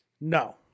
No